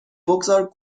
بگذار